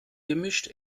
gemisch